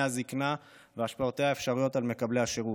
הזקנה והשפעותיה האפשריות על נותני השירות,